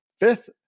fifth